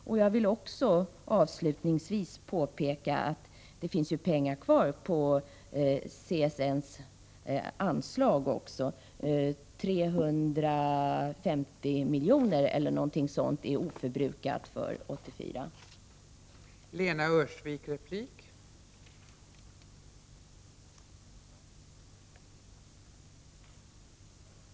Avslutningsvis vill jag påpeka att det finns ju pengar kvar på CSN:s anslag också — 350 miljoner eller någonting sådant är oförbrukat för 1984.